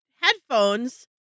headphones